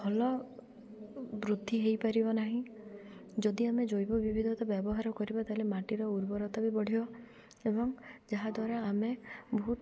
ଭଲ ବୃଦ୍ଧି ହେଇପାରିବ ନାହିଁ ଯଦି ଆମେ ଜୈବ ବିିବିଧତା ବ୍ୟବହାର କରିବା ତାହେଲେ ମାଟିର ଉର୍ବରତା ବି ବଢ଼ିବ ଏବଂ ଯାହାଦ୍ୱାରା ଆମେ ବହୁତ